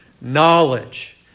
knowledge